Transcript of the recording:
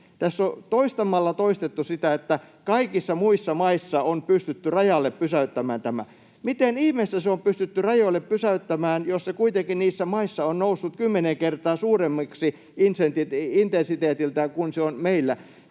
Tässä on toistamalla toistettu sitä, että kaikissa muissa maissa on pystytty rajalle pysäyttämään tämä. Miten ihmeessä se on pystytty rajoille pysäyttämään, jos se kuitenkin niissä maissa on noussut intensiteetiltään kymmenen kertaa suuremmaksi kuin se on meillä?